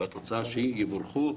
יבורכו,